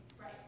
Right